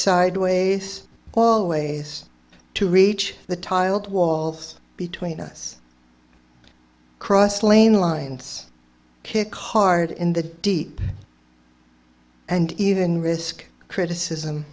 sideways all ways to reach the tiled walls between us cross lane lines kick hard in the deep and even risk criticism